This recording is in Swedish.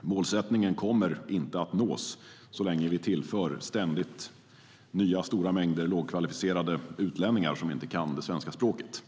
målsättningen kommer inte att nås så länge vi ständigt tillför stora mängder nya, lågkvalificerade utlänningar som inte kan det svenska språket.